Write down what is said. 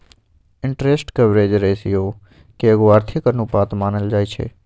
interest coverage ratio के एगो आर्थिक अनुपात मानल जाइ छइ